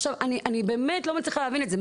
עכשיו אני באמת לא מצליחה להבין את זה.